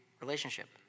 relationship